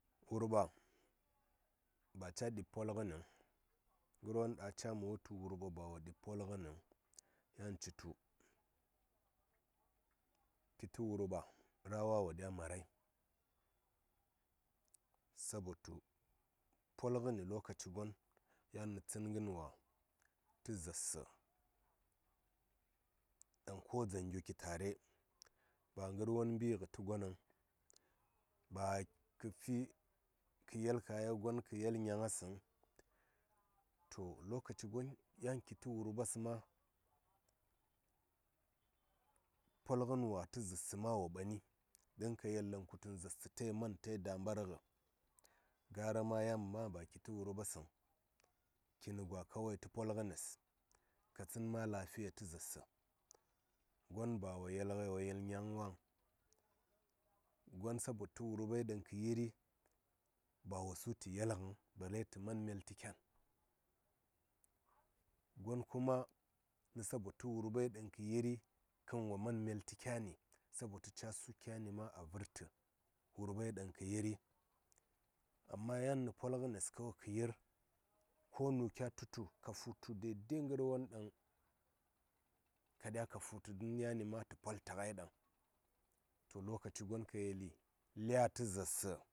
Wurɓa ba ca ɗib pol ngə nəŋ ngər won ɗaŋ a caa mə wutu wurɓa ba caa ɗib pol ngə nəŋ yan citu ki tə wurɓa rah wa wo ɗya marai sabo tu pol ngən lokaci gon yan nətsən wa tə zaar sə ɗaŋ ko dzaŋ gyo ki tare ba ngər won mbi ngə tə gonəŋ ba kə fi kə yel kaya gon kə fi nyaŋ ŋye səŋ to lokaci gon yan ki tə wurɓes ma pol ngən wa tə zaarsə wo mɓani don ka yelku tuŋ zaarsə ta yi man ta da mɓar ngə gara ma yan ba ki tə wurɓe səŋ kinigwa kawaitə pol ngənes ka tsən ma lafiya tə zaarsə gon ba yel ngə wo yel ngə wo yel nyaŋ waŋ gon sabo təwurɓai ɗaŋ kə yiri ba wo su tə yel ŋəŋ bare tə man mel tə kyan gon kuma nə sabo tə wurɓai ɗaŋ kə yiri kən wo man myel tə kyani sabo tu ca su kyanima vərtə wurɓaiɗaŋ kə yiri amma yan nə pol ngənes kawai kə yir konu kya tu tu ka futə dede ngər won ɗaŋ kə yir ka ɗya ka futu don yani ma təpol tə ngai ɗaŋ to lokaci gon ka yeli lya tə zaarsə.